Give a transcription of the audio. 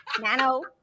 Nano